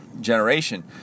generation